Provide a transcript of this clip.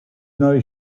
know